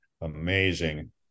amazing